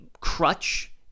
crutch